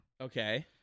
Okay